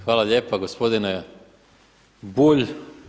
Hvala lijepa gospodine Bulj.